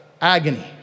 agony